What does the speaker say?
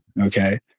okay